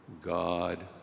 God